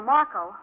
Marco